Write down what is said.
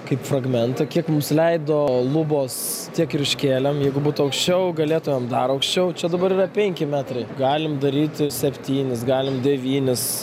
kaip fragmentą kiek mums leido lubos tiek ir iškėlėm jeigu būtų aukščiau galėtumėm dar aukščiau čia dabar yra penki metrai galim daryti septynis galim devynis